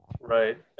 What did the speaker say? Right